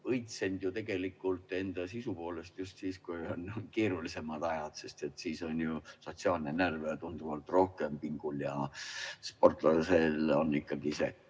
õitsenud ju enda sisu poolest just siis, kui on keerulisemad ajad, sest siis on sotsiaalne närv tunduvalt rohkem pingul. Ja sportlasel on ikkagi